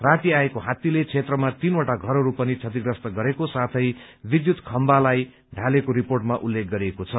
राती आएको हात्तीले क्षेत्रमा तीनवटा घरहरू पनि क्षतिग्रस्त गरेको साथै विद्युत खम्बालाई ढालेको रिपोर्टमा उल्लेख गरिएको छ